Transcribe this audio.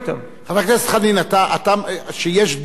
חבר הכנסת חנין, כשיש דור ב'